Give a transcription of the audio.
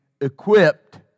equipped